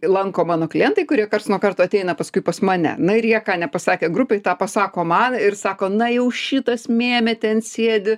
lanko mano klientai kurie karts nuo karto ateina paskui pas mane na ir jie ką nepasakė grupei tą pasako man ir sako na jau šitas mėmė ten sėdi